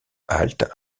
halte